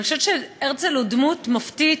אני חושבת שהרצל הוא דמות מופתית,